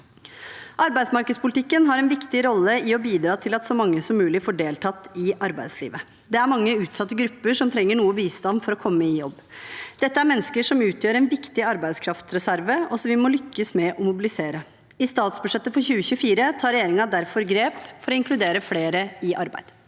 Arbeidsmarkedspolitikken har en viktig rolle i å bidra til at så mange som mulig får deltatt i arbeidslivet. Det er mange utsatte grupper som trenger noe bistand for å komme i jobb. Dette er mennesker som utgjør en viktig arbeidskraftreserve, og som vi må lykkes med å mobilisere. I statsbudsjettet for 2024 tar regjeringen derfor grep for å inkludere flere i arbeid.